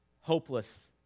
hopeless